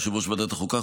יושב-ראש ועדת החוקה,